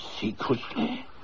secretly